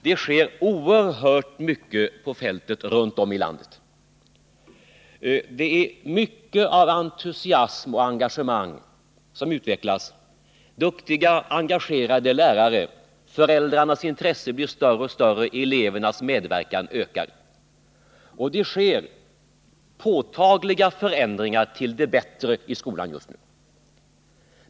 Det sker oerhört mycket på fältet runt om i landet. Mycket entusiasm och stort engagemang utvecklas — vi har duktiga och engagerade lärare, föräldrarnas intresse blir allt större, elevernas medverkan ökar. Det sker just nu påtagliga förändringar till det bättre i skolan.